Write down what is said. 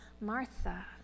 Martha